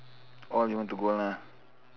all you want to go lah